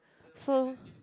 so